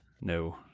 No